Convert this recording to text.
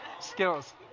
Skills